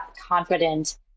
confident